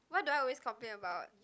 what do I always complain about